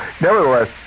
nevertheless